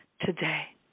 today